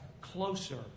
closer